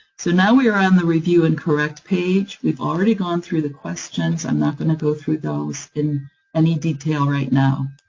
so now, we are on the review and correct page. we've already gone through the questions, i'm not going to go through those in any detail right now.